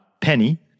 Penny